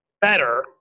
better